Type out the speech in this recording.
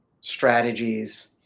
strategies